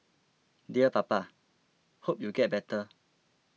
dear Papa hope you get better